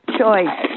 choice